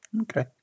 Okay